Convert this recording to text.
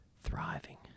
thriving